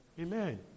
Amen